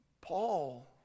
Paul